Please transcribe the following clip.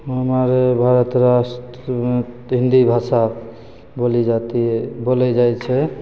हमर भारत राष्ट्रमे हिन्दी भाषा बोली जाती है बोलै जाए छै